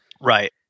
Right